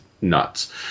nuts